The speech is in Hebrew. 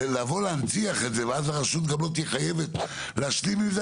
ולבוא להנציח את זה ואז הרשות גם לא תהיה חייבת להשלים את זה,